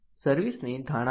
service ની ધારણા માટે